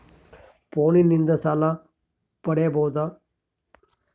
ಫೋನಿನಿಂದ ಸಾಲ ಪಡೇಬೋದ?